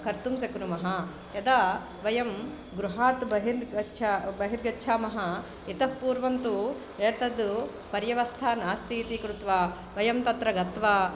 कर्तुं शक्नुमः यदा वयं गृहात् बहिर्गच्छामः बहिर्गच्छामः इतःपूर्वं तु एतत् पर्यवस्था नास्तीति कृत्वा वयं तत्र गत्वा